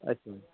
अच्छा